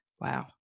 Wow